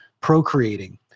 procreating